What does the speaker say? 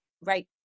Right